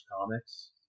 comics